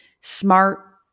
smart